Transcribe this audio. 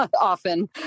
often